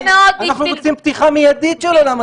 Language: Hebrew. אנחנו רוצים פתיחה מיידית של עולם התרבות.